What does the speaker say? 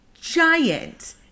giant